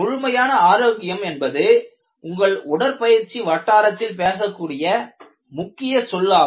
முழுமையான ஆரோக்கியம் என்பது உங்கள் உடற்பயிற்சி வட்டாரத்தில் பேசக்கூடிய முக்கிய சொல்லாகும்